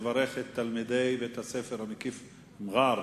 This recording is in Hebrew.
לברך את תלמידי בית-הספר המקיף מע'אר.